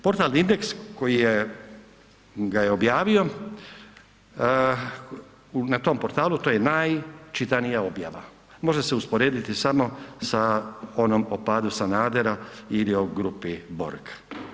Portal „Indeks“ koji ga je objavio na tom portalu to je najčitanija objava, može se usporediti samo da onom o padu Sandara ili o grubi Borg.